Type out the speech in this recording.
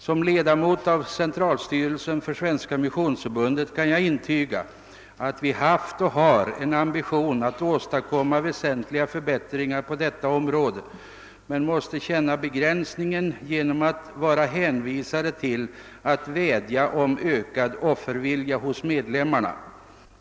Som ledamot av centralstyrelsen för Svenska missionsförbundet kan jag intyga att vi där haft och har en ambition att åstadkomma väsentliga förbättringar på detta område, men vi känner vår begränsning genom att vi är hänvisade till att vädja om ökad offervilja hos medlemmarna.